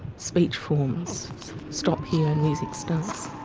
speech forms stop here and music starts